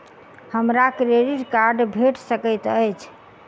हमरा credit card भेट सकैत अछि?